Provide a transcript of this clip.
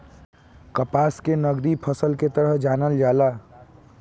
कपास के नगदी फसल के तरह जानल जाला